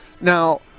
Now